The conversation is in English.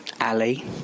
Ali